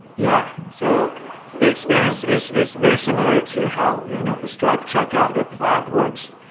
yeah. so the experience is is very similar to how you know a stripe checkout or plaid works.